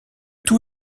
tout